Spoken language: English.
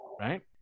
Right